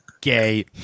Gay